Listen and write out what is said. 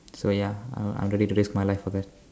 so ya uh I'm ready to risk my life for that